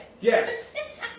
Yes